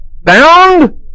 Bound